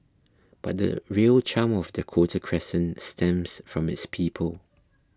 but the real charm of Dakota Crescent stems from its people